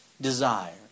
desire